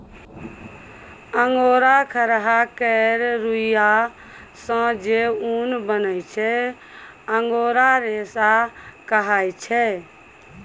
angora खरहा केर रुइयाँ सँ जे उन बनै छै अंगोरा रेशा कहाइ छै